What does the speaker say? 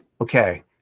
okay